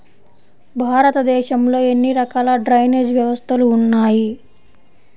భారతదేశంలో ఎన్ని రకాల డ్రైనేజ్ వ్యవస్థలు ఉన్నాయి?